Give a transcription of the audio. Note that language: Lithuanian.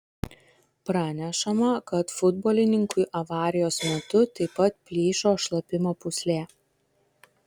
pranešama kad futbolininkui avarijos metu taip pat plyšo šlapimo pūslė